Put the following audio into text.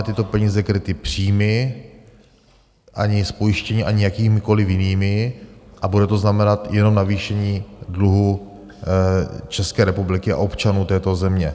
Tyto peníze nemáme kryty příjmy ani z pojištění, ani jakýmikoliv jinými a bude to znamenat jenom navýšení dluhu České republiky a občanů této země.